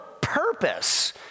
purpose